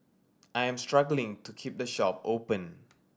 I am struggling to keep the shop open